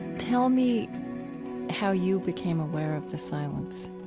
tell me how you became aware of the silence